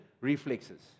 reflexes